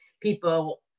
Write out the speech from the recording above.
people